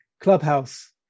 clubhouse